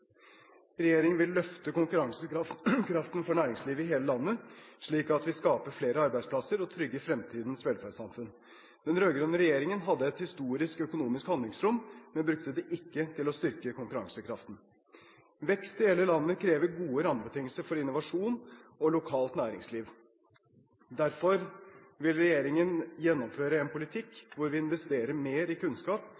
Regjeringen vil løfte konkurransekraften for næringslivet i hele landet slik at vi skaper flere arbeidsplasser og trygger fremtidens velferdssamfunn. Den rød-grønne regjeringen hadde et historisk økonomisk handlingsrom, men brukte det ikke til å styrke konkurransekraften. Vekst i hele landet krever gode rammebetingelser for innovasjon og lokalt næringsliv. Derfor vil regjeringen gjennomføre en